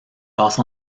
passe